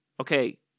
okay